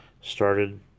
started